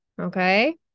Okay